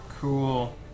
Cool